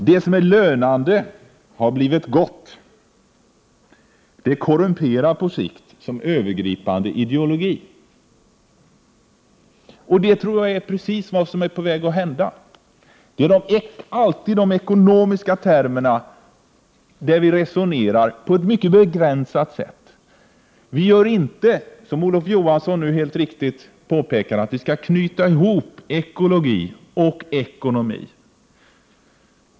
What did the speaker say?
”Det som är Lönande är Gott", det korrumperar på sikt, som övergripande ideologi.” Jag tror att detta är just vad som är på väg att hända. Med de ekonomiska termerna resonerar vi på ett mycket begränsat sätt. Vi knyter inte — som Olof Johansson så riktigt påpekade — ihop ekologi och ekonomi.